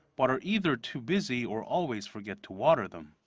but are either too busy or always forget to water them.